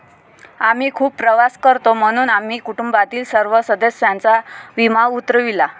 आम्ही खूप प्रवास करतो म्हणून आम्ही कुटुंबातील सर्व सदस्यांचा विमा उतरविला